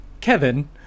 Kevin